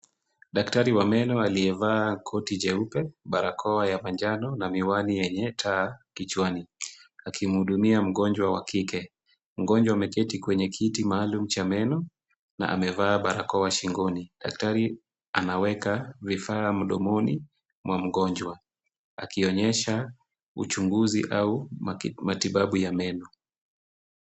Daktari wa meno aliyevaa koti jeupe, barakoa ya manjano na miwani yenye taa kichwani. Akimhudumia mgonjwa wa kike, mgonjwa ameketi kwenye kiti maalum cha meno na amevaa barakoa shingoni. Daktari anaweka vifaa mdomoni mwa mgonjwa. Akionyesha uchunguzi au matibabu ya meno.